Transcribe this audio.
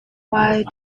why